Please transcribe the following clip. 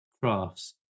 crafts